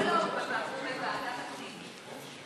לא, הוא בוועדת הפנים.